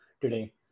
today